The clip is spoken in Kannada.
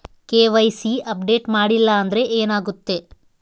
ಕೆ.ವೈ.ಸಿ ಅಪ್ಡೇಟ್ ಮಾಡಿಲ್ಲ ಅಂದ್ರೆ ಏನಾಗುತ್ತೆ?